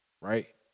Right